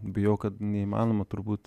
bijau kad neįmanoma turbūt